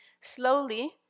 Slowly